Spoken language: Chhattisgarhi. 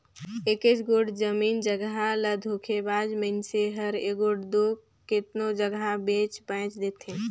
एकेच गोट जमीन जगहा ल धोखेबाज मइनसे हर एगोट दो केतनो जगहा बेंच बांएच देथे